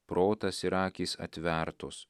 protas ir akys atvertos